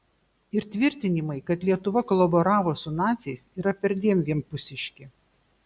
ir tvirtinimai kad lietuva kolaboravo su naciais yra perdėm vienpusiški